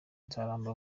nzaramba